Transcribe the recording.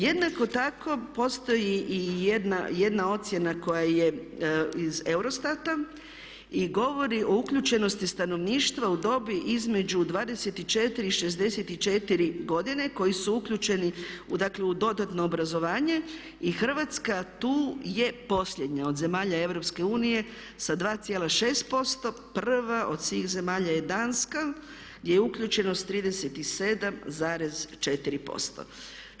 Jednako tako postoji i jedna ocjena koja je iz EUROSTAT-a i govori o uključenosti stanovništva u dobi između 24 i 64 godine koji su uključeni u dakle u dodatno obrazovanje i Hrvatska tu je posljednja od zemalja Europske unije sa 2,6% prva od svih zemalja je Danska gdje je uključeno s 37,4%